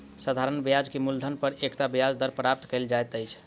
साधारण ब्याज में मूलधन पर एकता ब्याज दर प्राप्त कयल जाइत अछि